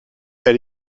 elle